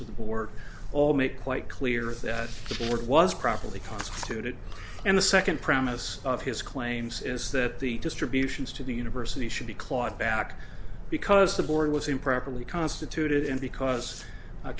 to the board all make quite clear that the board was properly constituted and the second premise of his claims is that the distributions to the university should be clawed back because the board was improperly constituted and because